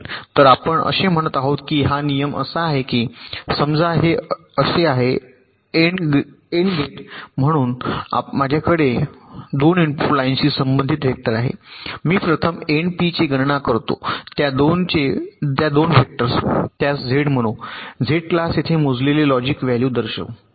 तर आपण असे म्हणत आहोत की हा नियम असा आहे की समजा हे असे आहे एन्ड गेट म्हणून माझ्याकडे माझ्या 2 इनपुट लाइनशी संबंधित वेक्टर आहेत मी प्रथम एन्ड पी चे गणना करतो त्या 2 वेक्टर त्यास झेड म्हणू झेड क्लास येथे मोजलेले लॉजिक व्हॅल्यू दर्शवू